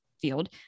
field